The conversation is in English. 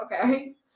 okay